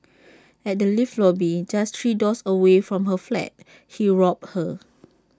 at the lift lobby just three doors away from her flat he robbed her